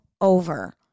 over